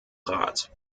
rat